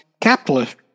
capitalist